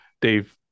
Dave